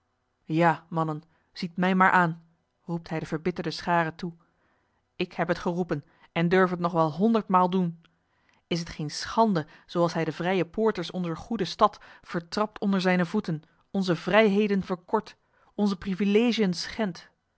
ja mannen ziet mij maar aan roept hij de verbitterde schare toe ik heb het geroepen en durf het nog wel honderdmaal doen is het geen schande zooals hij de vrije poorters onzer goede stad vertrapt onder zijne voeten onze vrijheden verkort onze privilegiën schendt